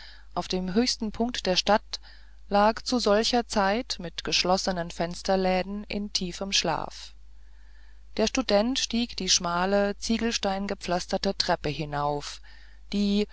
auf dem höchsten punkte der stadt lag zu solcher zeit mit geschlossenen fensterläden im tiefsten schlaf der student stieg die schmale ziegelsteingepflasterte treppe hinauf die